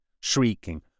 shrieking